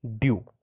due